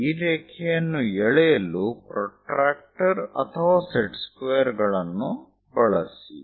ಈ ರೇಖೆಯನ್ನು ಎಳೆಯಲು ಪ್ರೊಟ್ರಾಕ್ಟರ್ ಅಥವಾ ಸೆಟ್ ಸ್ಕ್ವೇರ್ ಗಳನ್ನು ಬಳಸಿ